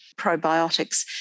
probiotics